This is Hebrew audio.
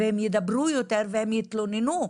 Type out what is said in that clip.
ידברו יותר והם יתלוננו.